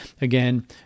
Again